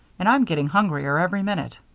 and i'm getting hungrier every minute.